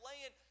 laying